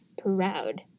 proud